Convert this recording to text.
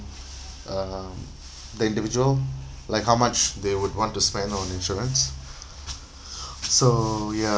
uh the individual like how much they would want to spend on insurance so ya